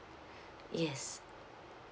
yes